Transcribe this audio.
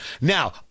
Now